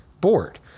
board